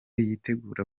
yitegura